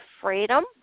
freedom